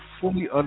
fully